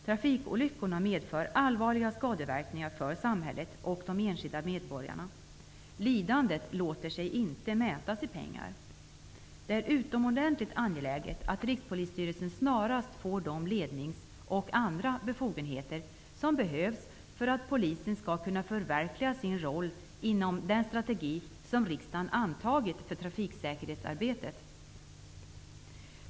Trafikolyckorna medför emellertid allvarliga skadeverkningar för samhället och de enskilda medborgarna. Lidandet låter sig inte mätas i pengar. Det är utomordentligt angeläget att Rikspolisstyrelsen snarast får de lednings och andra befogenheter som behövs för att polisen skall kunna förverkliga sin roll inom den strategi som riksdagen antagit för trafiksäkerhetsarbetet.